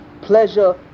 pleasure